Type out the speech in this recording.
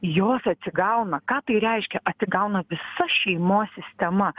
jos atsigauna ką tai reiškia atsigauna visa šeimos sistema